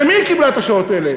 למי היא קיבלה את השעות האלה?